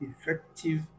effective